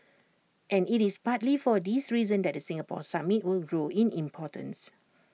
and IT is partly for this reason that the Singapore summit will grow in importance